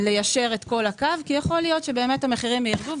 ליישר את כל הקו כי יכול להיות שהמחירים ירדו.